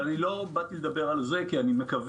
אבל אני לא באתי לדבר על זה כי אני מקווה